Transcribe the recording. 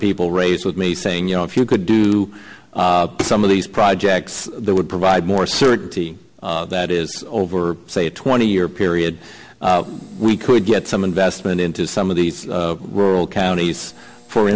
of people raise with me saying you know if you could do some of these projects that would provide more certainty that is over say a twenty year period we could get some investment into some of the rural counties fo